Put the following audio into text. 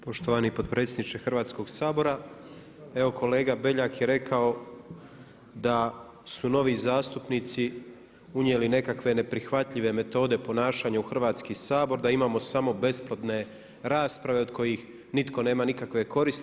Poštovani potpredsjedniče Hrvatskog sabora, evo kolega Beljak je rekao da su novi zastupnici unijeli nekakve neprihvatljive metode ponašanja u Hrvatski sabor, da imamo samo besplodne rasprave od kojih nitko nema nikakve koristi.